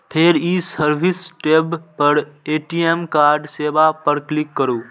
फेर ई service tab पर ए.टी.एम कार्ड सेवा पर क्लिक करू